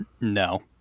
no